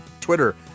Twitter